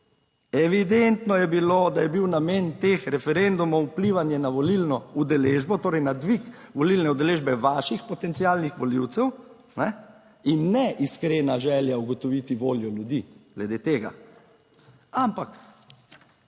Evidentno je bilo, da je bil namen teh referendumov vplivanje na volilno udeležbo, torej na dvig volilne udeležbe vaših potencialnih volivcev in ne iskrena želja ugotoviti voljo ljudi glede tega.